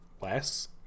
less